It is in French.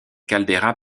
caldeira